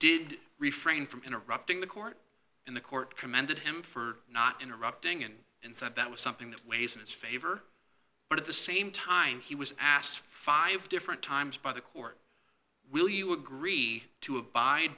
did refrain from interrupting the court and the court commended him for not interrupting him and said that was something that weighs in his favor but at the same time he was asked five different times by the court will you agree to abide